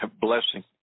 blessing